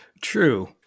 True